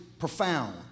profound